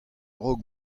raok